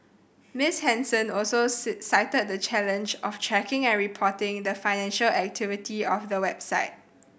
Miss Henson also cited the challenge of tracking and reporting the financial activity of the website